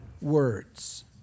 words